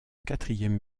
quatrième